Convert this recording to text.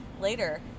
later